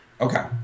Okay